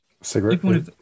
cigarette